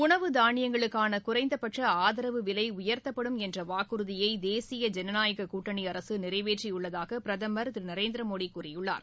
உணவு தானியங்களுக்கான குறைந்தபட்ச ஆதரவு விலை உயர்த்தப்படும் என்ற வாக்குறுதியை தேசிய ஜனநாயக கூட்டணி அரசு நிறைவேற்றியுள்ளதாக பிரதமர் திரு நரேந்திரமோடி கூறியுள்ளார்